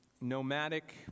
nomadic